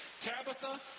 Tabitha